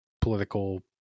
political